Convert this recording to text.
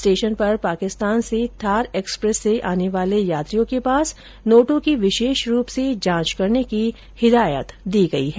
station पर पाकिस्तान से Thar express से आने वाले यात्रियों के पास नोटो की विशेष रूप से जांच करने की हिदायत दी गई है